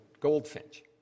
Goldfinch